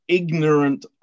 ignorant